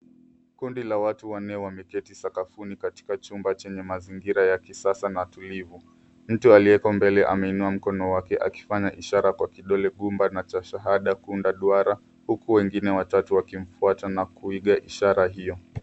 Kundi la watu wannne wameketi sakafuni katika chumba chenye mazingira ya kisasa na tulivu. Mtu aliyeko mbele ameinua mkono wake akifanya ishara kwa kidole gumba na cha shahada kuunda duara huku wengine watatu wakimfuata na kuiga ishara hio.